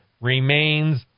remains